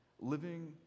Living